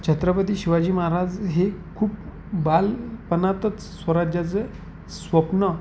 छत्रपती शिवाजी महाराज हे खूप बालपणातच स्वराज्याचं स्वप्न